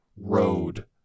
road